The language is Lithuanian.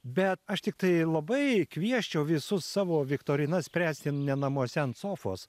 bet aš tiktai labai kviesčiau visus savo viktorinas spręskime ne namuose ant sofos